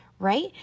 right